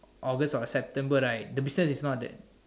August or September right is not bad